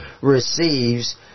receives